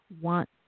Want